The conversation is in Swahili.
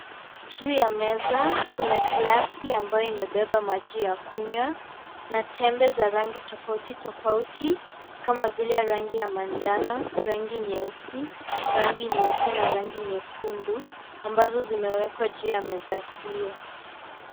Juu ya meza, kuna glasi ambayo imebeba maji ya kunywa na tembe za rangi tofauti tofauti, kama vile rangi ya manjano, rangi nyeusi, rangi nyeupe na rangi nyekundu, ambazo zimewekwa juu ya meza hiyo.